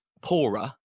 poorer